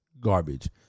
garbage